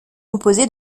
composé